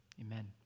Amen